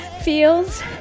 feels